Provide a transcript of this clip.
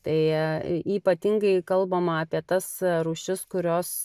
tai ypatingai kalbama apie tas rūšis kurios